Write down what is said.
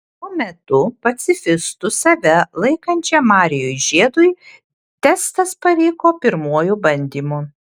tuo metu pacifistu save laikančiam marijui žiedui testas pavyko pirmuoju bandymu